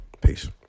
Peace